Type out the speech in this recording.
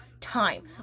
time